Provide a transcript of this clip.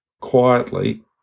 quietly